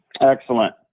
Excellent